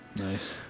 Nice